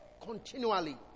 continually